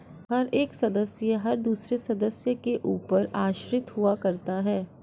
हर एक सदस्य हर दूसरे सदस्य के ऊपर आश्रित हुआ करता है